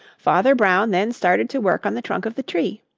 father brown then started to work on the trunk of the tree.